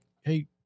hey